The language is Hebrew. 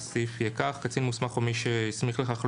הסעיף יהיה כך: ""(א2)(1) קצין מוסמך או מי שהוא הסמיך לכך לא